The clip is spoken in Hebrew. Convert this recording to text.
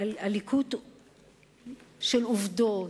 על ליקוט של עובדות,